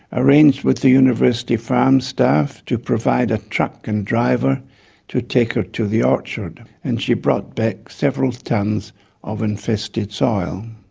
arranged with the university farm staff to provide a truck and driver to take her to the orchard and she brought back several tons of infested soil.